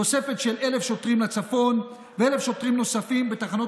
תוספת של 1,000 שוטרים לצפון ו-1,000 שוטרים נוספים בתחנות